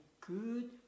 good